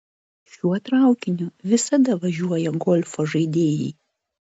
šiuo traukiniu visada važiuoja golfo žaidėjai